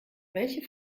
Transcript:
welche